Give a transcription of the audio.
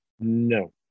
No